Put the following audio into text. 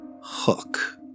hook